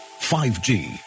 5G